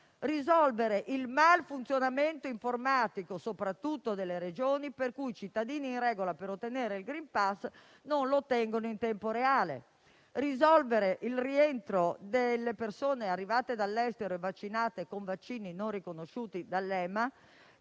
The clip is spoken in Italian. risolvere il malfunzionamento informatico, soprattutto delle Regioni, per cui cittadini in regola per ottenere il *green pass* non lo ottengono in tempo reale. Bisogna poi risolvere il problema del rientro delle persone arrivate dall'estero e vaccinate con vaccini non riconosciuti dall'EMA,